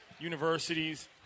universities